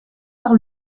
par